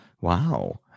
wow